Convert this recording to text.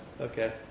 okay